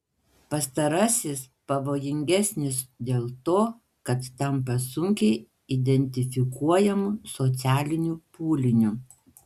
pastarasis pavojingesnis dėl to kad tampa sunkiai identifikuojamu socialiniu pūliniu